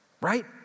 right